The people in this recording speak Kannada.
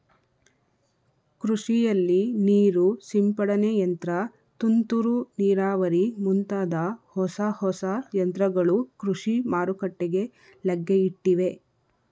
ಕೃಷಿಯಲ್ಲಿ ನೀರು ಸಿಂಪಡನೆ ಯಂತ್ರ, ತುಂತುರು ನೀರಾವರಿ ಮುಂತಾದ ಹೊಸ ಹೊಸ ಯಂತ್ರಗಳು ಕೃಷಿ ಮಾರುಕಟ್ಟೆಗೆ ಲಗ್ಗೆಯಿಟ್ಟಿವೆ